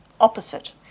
opposite